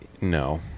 no